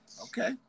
Okay